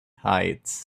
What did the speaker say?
heights